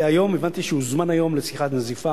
הבנתי שהיום הוא הוזמן לשיחת נזיפה